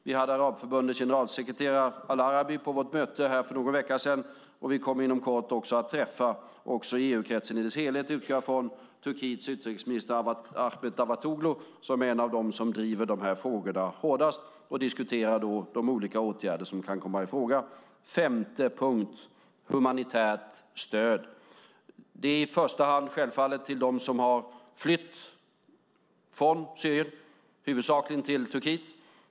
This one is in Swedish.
Vi hade Arabförbundets generalsekreterare al-Arabi på vårt möte här för någon vecka sedan, och vi kommer inom kort också att i EU-kretsen i dess helhet - det utgår jag ifrån - träffa Turkiets utrikesminister Ahmet Davutoglu som är en av dem som driver dessa frågor hårdast. Då ska vi diskutera de olika åtgärder som kan komma i fråga. Den femte punkten är humanitärt stöd. Det är i första hand självfallet stöd till dem som har flytt från Syrien, huvudsakligen till Turkiet.